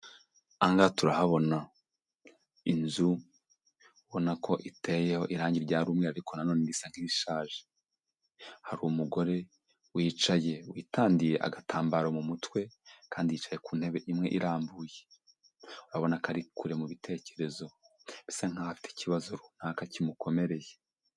Aha ngaha turahabona inzu ubonako iteyeho irangi ryari umweru ariko na none risa nk'irishaje, hari umugore wicaye witandiye agatambaro mu mutwe kandi yicaye ku ntebe imwe irambuye, urabona ko ari kure mu bitekerezo bisa nk'aho afite ikibazo runaka kimukomereye.